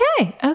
Okay